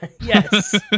Yes